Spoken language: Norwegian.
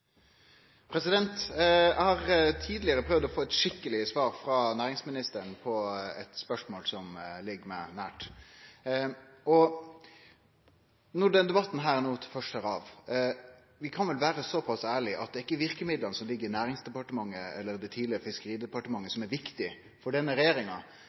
har tidlegare prøvd å få eit skikkeleg svar frå næringsministeren på eit spørsmål som ligg meg nært. Når denne debatten no først tar av: Vi kan vel vere så ærlege å seie at det ikkje er verkemidla som ligg i Næringsdepartementet, eller det tidlegare Fiskeridepartementet, som er viktig for denne regjeringa.